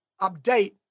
update